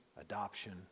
adoption